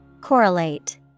Correlate